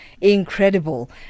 incredible